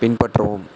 பின்பற்றவும்